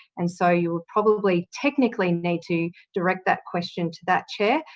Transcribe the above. and so you will probably technically need to direct that question to that chair.